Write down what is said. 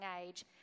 age